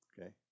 Okay